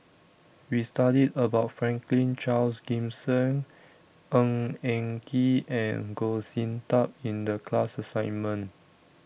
We studied about Franklin Charles Gimson Ng Eng Kee and Goh Sin Tub in The class assignment